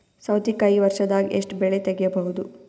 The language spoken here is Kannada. ಸೌತಿಕಾಯಿ ವರ್ಷದಾಗ್ ಎಷ್ಟ್ ಬೆಳೆ ತೆಗೆಯಬಹುದು?